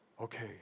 okay